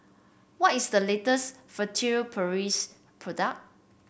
what is the latest Furtere Paris product